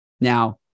Now